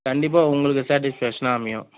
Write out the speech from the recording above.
கண்டிப்பாக உங்களுக்கு ஸேட்டிஸ்ஃபேஷனாக அமையும்